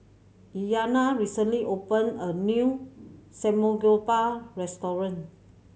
Iyanna recently opened a new Samgeyopsal restaurant